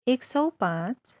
एक सउ पाँच